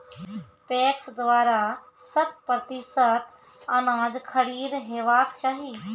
PACS द्वारा शत प्रतिसत अनाज खरीद हेवाक चाही?